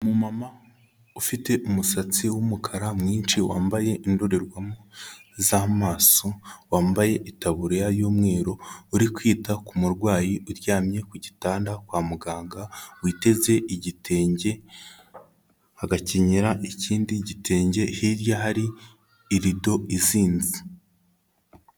Umumama ufite umusatsi w'umukara mwinshi wambaye indorerwamo z'amaso wambaye itaburiya y'umweru uri kwita ku murwayi uryamye ku gitanda kwa muganga, witeze igitenge agakenyera ikindi gitenge hirya hari irido izinze.